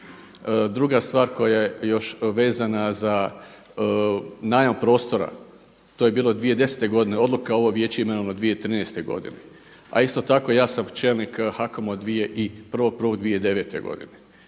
Druga stvar koja je još vezana za najam prostora, to je bilo 2010. godine, odluka ovo vijeće je imenovano 2013. godine. A isto tako ja sam čelnik HAKOM-a od 1.1.2009. godine.